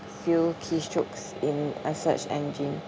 few keystrokes in a search engine